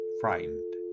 frightened